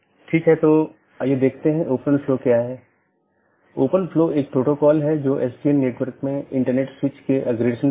उदाहरण के लिए एक BGP डिवाइस को इस प्रकार कॉन्फ़िगर किया जा सकता है कि एक मल्टी होम एक पारगमन अधिकार के रूप में कार्य करने से इनकार कर सके